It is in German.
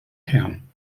kern